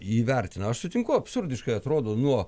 įvertino aš sutinku absurdiškai atrodo nuo